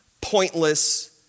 pointless